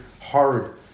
hard